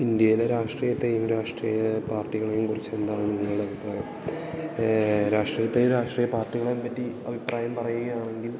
ഇന്ത്യയിലെ രാഷ്ട്രീയത്തെയും രാഷ്ട്രീയ പാർട്ടികളെയും കുറിച്ച് എന്താണ് നിങ്ങളുടെ അഭിപ്രായം രാഷ്ട്രീയത്തെയും രാഷ്ട്രീയ പാർട്ടികളേം പറ്റി അഭിപ്രായം പറയുകയാണെങ്കിൽ